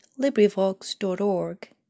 LibriVox.org